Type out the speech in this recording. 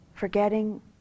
Forgetting